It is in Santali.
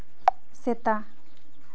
ᱥᱮᱛᱟ